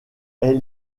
est